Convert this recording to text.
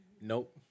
Nope